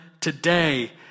today